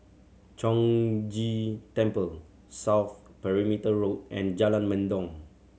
Chong Ghee Temple South Perimeter Road and Jalan Mendong